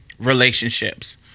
Relationships